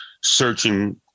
searching